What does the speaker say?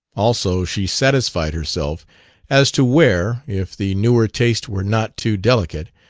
also she satisfied herself as to where, if the newer taste were not too delicate,